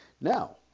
Now